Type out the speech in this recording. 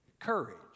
courage